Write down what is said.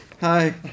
hi